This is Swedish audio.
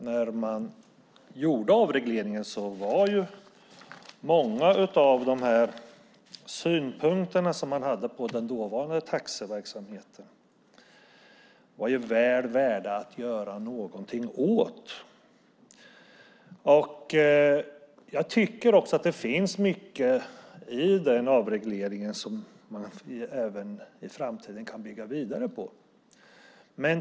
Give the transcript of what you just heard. När man genomförde avregleringen tycker jag att många av synpunkterna man hade på den dåvarande taxiverksamheten var väl värda att göra någonting åt. Jag tycker också att det finns mycket i den avregleringen som man kan bygga vidare på även i framtiden.